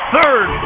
Third